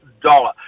dollar